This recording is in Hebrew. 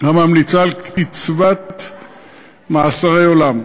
הממליצה על קציבת מאסרי עולם.